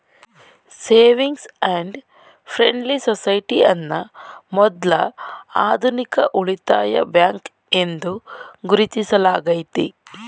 savings and friendly society ಅನ್ನ ಮೊದ್ಲ ಆಧುನಿಕ ಉಳಿತಾಯ ಬ್ಯಾಂಕ್ ಎಂದು ಗುರುತಿಸಲಾಗೈತೆ